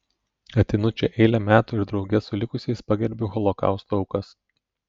ateinu čia eilę metų ir drauge su likusiais pagerbiu holokausto aukas